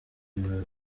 biba